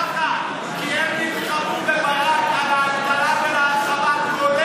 ככה, כי הם נלחמו בברק על ההגבלה של ההרחבה, כולל